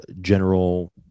general